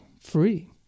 free